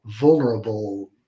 vulnerable